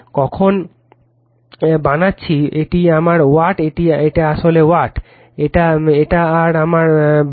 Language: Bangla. কখন বানাচ্ছি এটা আমার ওয়াট এটা আসলে Refer Time 2839 watt আর এটা আমার var